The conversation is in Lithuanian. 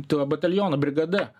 to bataliono brigada